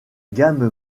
gamme